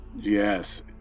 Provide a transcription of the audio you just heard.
Yes